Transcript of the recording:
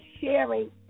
sharing